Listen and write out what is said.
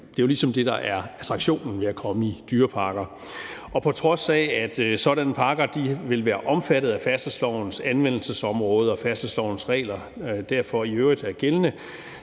det er jo ligesom det, der er attraktionen ved at komme i dyreparker. På trods af at sådanne parker vil være omfattet af færdselslovens anvendelsesområde, og at færdselslovens regler derfor i øvrigt er gældende,